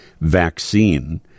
vaccine